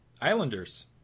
Islanders